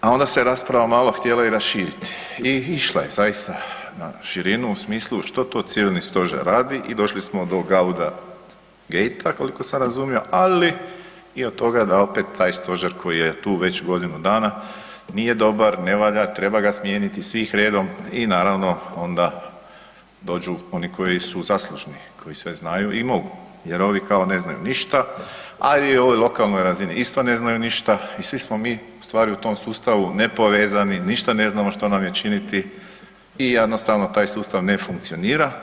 A onda se rasprava malo htjela i raširiti i išla je zaista na širinu u smislu što to civilni stožer radi i došli smo do „gauda gate“ koliko sam razumio, ali i do toga da opet taj stožer koji je tu već godinu dana nije dobar, ne valja, treba ga smijeniti svih redom i naravno onda dođu oni koji su zaslužni, koji sve znaju i mogu jer ovi kao ne znaju ništa, a i ovi na lokalnoj razini isto ne znaju ništa i svi smo mi u stvari u tom sustavu nepovezani, ništa ne znamo što nam je činiti i jednostavno taj sustav ne funkcionira.